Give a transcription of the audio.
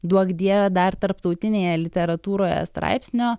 duok dieve dar tarptautinėje literatūroje straipsnio